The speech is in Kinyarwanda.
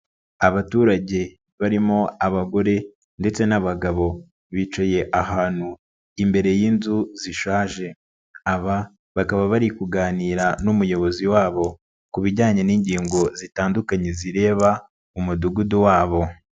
Abaturage barimo abagore ndetse n'abagabo, bicaye ahantu imbere y'inzu zishaje, aba bakaba bari kuganira n'umuyobozi wabo, ku bijyanye n'ingingo zitandukanye zireba umudugudu wabo.